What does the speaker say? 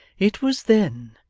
it was then,